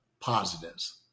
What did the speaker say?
positives